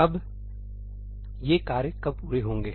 अब ये कार्य कब पूरे होंगे